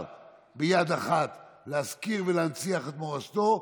ביד אחת להזכיר ולהנציח את מורשתו,